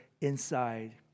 inside